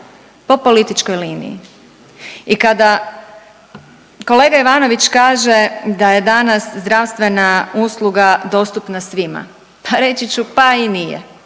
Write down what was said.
po političkoj liniji. I kada kolega Ivanović kaže da je danas zdravstvena usluga dostupna svima, pa reći ću pa i nije.